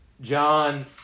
John